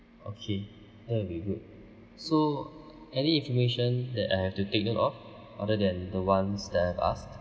okay that will be good so any information that I have to take note of other than the ones that I've asked